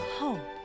hope